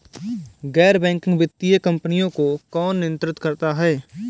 गैर बैंकिंग वित्तीय कंपनियों को कौन नियंत्रित करता है?